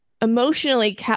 emotionally